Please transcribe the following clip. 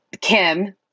Kim